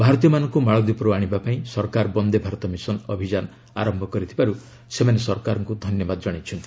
ଭାରତୀୟମାନଙ୍କୁ ମାଳଦ୍ୱୀପରୁ ଆଶିବା ପାଇଁ ସରକାର ବନ୍ଦେ ଭାରତ ମିଶନ ଅଭିଯାନ ଆରମ୍ଭ କରିଥିବାରୁ ସେମାନେ ସରକାରଙ୍କୁ ଧନ୍ୟବାଦ ଜଣାଇଛନ୍ତି